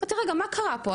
אמרתי, רגע, מה קרה פה?